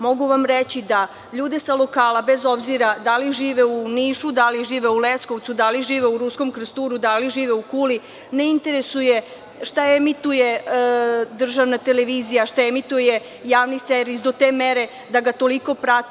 Mogu vam reći da ljude sa lokala, bez obzira da li žive u Nišu, da li žive u Leskovcu, da li žive u Ruskom Krsturu, da li žive u Kuli, ne interesuje šta emituje državna televizija, šta emituje Javni servis do te mere da ga toliko prati.